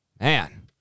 man